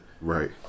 Right